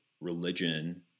religion